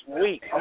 week